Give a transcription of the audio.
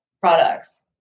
products